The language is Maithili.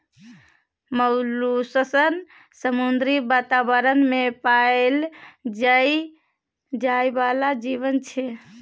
मौलुसस समुद्री बातावरण मे पाएल जाइ बला जीब छै